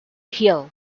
hill